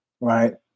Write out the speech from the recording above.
right